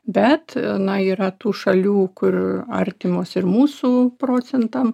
bet na yra tų šalių kur artimos ir mūsų procentam